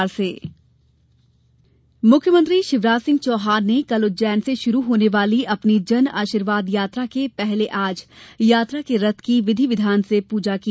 जनआशीर्वाद यात्रा मुख्यमंत्री शिवराज सिंह चौहान ने कल उज्जैन से शुरू होने वाली अपनी जनआशीर्वाद यात्रा के पहले आज यात्रा के रथ की विधि विधान से पूजा की